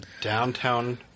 downtown